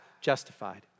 justified